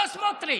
לא סמוטריץ'